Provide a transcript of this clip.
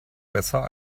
besser